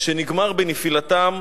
שנגמר בנפילתם